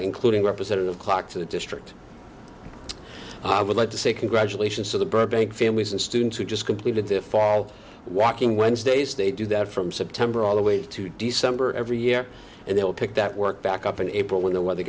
including representative clocks district i would like to say congratulations to the burbank families and students who just completed their follow walking wednesdays they do that from september all the way to december every year and they will pick that work back up in april when the weather